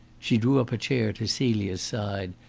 she drew up a chair to celia's side,